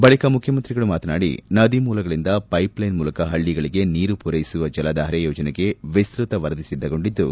ಬಳಿಕ ಮುಖ್ಯಮಂತ್ರಿಗಳು ಮಾತನಾಡಿ ನದಿಮೂಲಗಳಿಂದ ಪೈಪ್ಲೈನ್ ಮೂಲಕ ಹಳ್ಳಗಳಿಗೆ ನೀರು ಪೂರೈಸುವ ಜಲಧಾರೆ ಯೋಜನೆಗೆ ವಿಸ್ತತ ವರದಿ ಸಿದ್ಲಗೊಂಡಿದ್ಲು